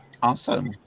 Awesome